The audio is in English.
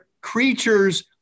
creatures